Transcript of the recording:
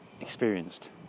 experienced